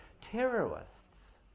terrorists